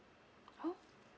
oh